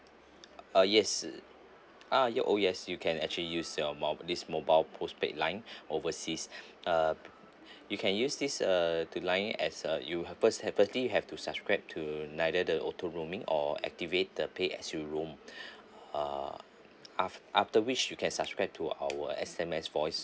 uh yes ah you oh yes you can actually use your mobile this mobile postpaid line overseas uh you can use this uh the line as a you first firstly have to subscribe to neither the auto roaming or activate the pay as you roam uh after after which you can subscribe to our S_M_S voice